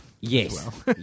Yes